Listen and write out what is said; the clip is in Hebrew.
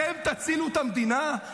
אתם תצילו את המדינה?